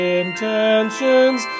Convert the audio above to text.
intentions